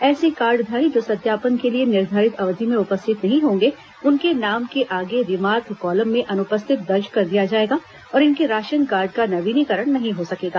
ऐसे कार्डधारी जो सत्यापन के लिए निर्धारित अवधि में उपस्थित नहीं होंगे उनके नाम के आगे रिमार्क कॉलम में अनुपस्थित दर्ज कर दिया जाएगा और इनके राशन कार्ड का नवीनीकरण नहीं हो सकेगा